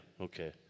okay